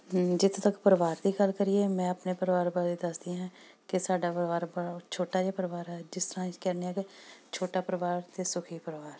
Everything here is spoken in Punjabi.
ਜਿੱਥੋਂ ਤੱਕ ਪਰਿਵਾਰ ਦੀ ਗੱਲ ਕਰੀਏ ਮੈਂ ਆਪਣੇ ਪਰਿਵਾਰ ਬਾਰੇ ਦੱਸਦੀ ਹਾਂ ਕਿ ਸਾਡਾ ਪਰਿਵਾਰ ਪ ਛੋਟਾ ਜਿਹਾ ਪਰਿਵਾਰ ਆ ਜਿਸ ਤਰ੍ਹਾਂ ਅਸੀਂ ਕਹਿੰਦੇ ਹਾਂ ਕਿ ਛੋਟਾ ਪਰਿਵਾਰ ਅਤੇ ਸੁਖੀ ਪਰਿਵਾਰ